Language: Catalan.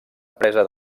empresa